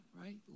right